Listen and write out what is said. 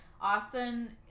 Austin